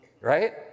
right